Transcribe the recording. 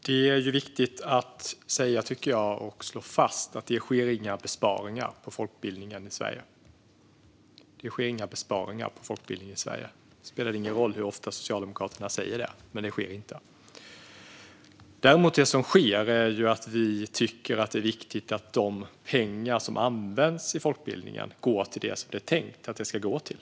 Herr talman! Det är viktigt att säga och slå fast att det inte sker några besparingar på folkbildningen i Sverige. Det spelar ingen roll hur ofta Socialdemokraterna säger det; det sker alltså inga besparingar på folkbildningen i Sverige. Det som däremot sker är att vi tycker att det är viktigt att de pengar som används i folkbildningen går till det som det är tänkt att de ska gå till.